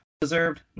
deserved